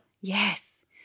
Yes